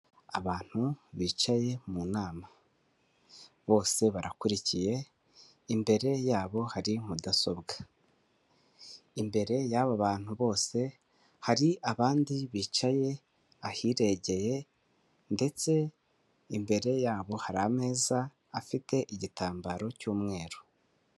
Abantu bicaye mu nama bose barakurikiye imbere yabo hari mudasobwa imbere y'aba bantu bose hari abandi bicaye, ahirengegeye ndetse imbere yabo hari ameza afite igitambaro cy'umweru.